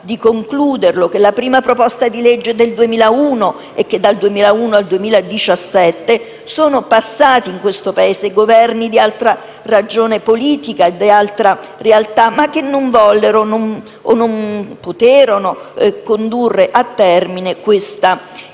di concluderlo. La prima proposta di legge è del 2001 e dal 2001 al 2017 sono passati in questo Paese Governi di altra ragione politica e di altra realtà, ma che non vollero o non poterono condurre a termine questa iniziativa.